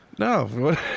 No